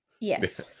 Yes